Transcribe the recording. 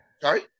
Sorry